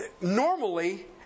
normally